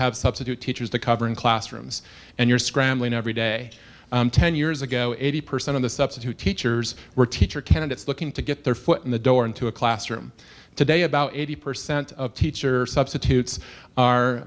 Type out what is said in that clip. have substitute teachers to cover in classrooms and you're scrambling every day ten years ago eighty percent of the substitute teachers were teacher candidates looking to get their foot in the door into a classroom today about eighty percent of teacher substitutes are